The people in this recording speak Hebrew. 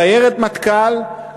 סיירת מטכ"ל,